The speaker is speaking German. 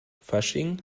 fasching